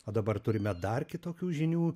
o dabar turime dar kitokių žinių